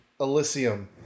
Elysium